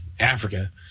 Africa